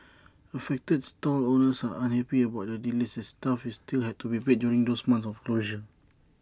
affected stall owners are unhappy about the delays as staff still had to be paid during those months of closure